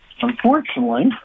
Unfortunately